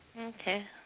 Okay